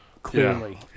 clearly